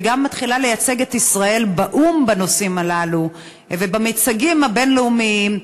וגם מתחילה לייצג את ישראל בנושאים הללו באו"ם ובמיצגים הבין-לאומיים.